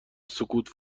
سکوت